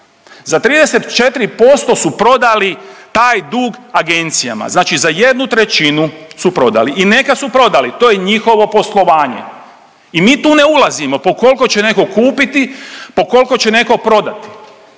za 34% su prodali taj dug agencijama za jednu trećinu su prodali. I neka su prodali to je njihovo poslovanje i mi tu ne ulazimo po kolko će neko kupiti, po kolko će neko prodati,